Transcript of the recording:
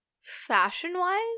Fashion-wise